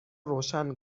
روشن